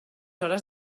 hores